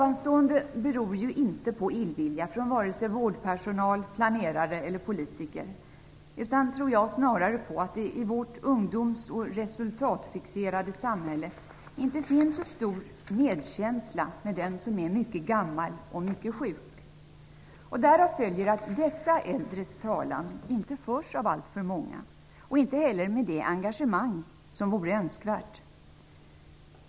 Allt detta beror inte på illvilja från vare sig vårdpersonal, planerare eller politiker, utan snarare på att det i vårt ungdoms och resultatfixerade samhälle inte finns så stor medkänsla med den som är mycket gammal och mycket sjuk. Därav följer att dessa äldres talan inte förs av alltför många och inte heller med det engagemang som vore önskvärt.